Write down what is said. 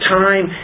time